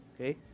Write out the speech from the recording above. Okay